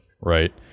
right